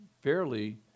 fairly